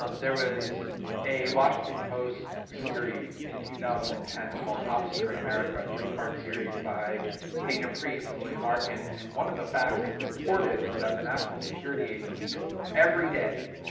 um there is a washington post series in two thousand and ten called top secret america, three-part series by dana priest and william arkin. and one of the facts that reported was that the national security agency, every day,